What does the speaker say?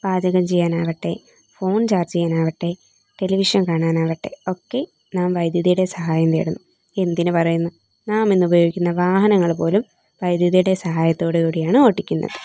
പാചകം ചെയ്യാനാവട്ടെ phone charge ചെയ്യാനാവട്ടെ ടെലിവിഷൻ കാണാനാവട്ടെ ഒക്കെ നാം വൈദ്യുതിയുടെ സഹായം തേടുന്നു എന്തിന് പറയുന്നു നാം ഇന്ന് ഉപയോഗിക്കുന്ന വാഹനങ്ങൾ പോലും വൈദ്യതിയുടെ സഹായത്തോട് കൂടിയാണ് ഓട്ടിക്കുന്നത്